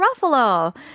Ruffalo